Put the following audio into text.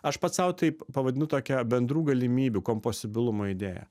aš pats sau taip pavadinu tokia bendrų galimybių komposibilumo idėja